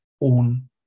own